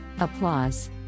Applause